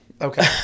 Okay